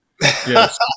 Yes